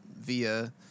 via